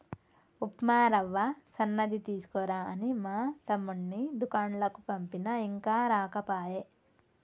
ఉప్మా రవ్వ సన్నది తీసుకురా అని మా తమ్ముణ్ణి దూకండ్లకు పంపిన ఇంకా రాకపాయె